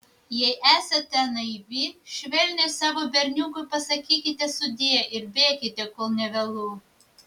jei esate naivi švelniai savo berniukui pasakykite sudie ir bėkite kol nevėlu